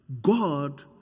God